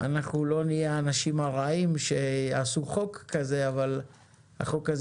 אנחנו לא נהיה האנשים הרעים שיעשו חוק כזה אבל החוק הזה